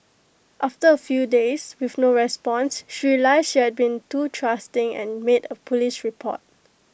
after A few days with no response she realised she had been too trusting and made A Police report